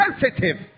sensitive